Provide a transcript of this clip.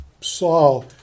Saul